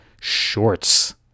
shorts